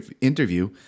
interview